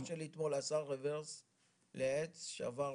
חבר שלי אתמול עשה רוורס לעץ, שבר בפח,